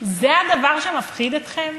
אתה יודע כמה כסף יכול